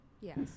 Yes